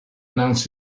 announce